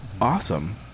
awesome